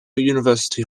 university